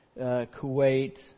Kuwait